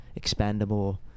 expandable